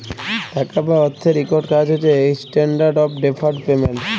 টাকা বা অথ্থের ইকট কাজ হছে ইস্ট্যান্ডার্ড অফ ডেফার্ড পেমেল্ট